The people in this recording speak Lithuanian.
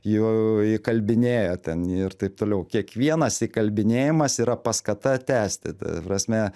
jų įkalbinėjo ten ir taip toliau kiekvienas įkalbinėjimas yra paskata tęsti ta prasme